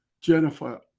Jennifer